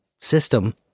system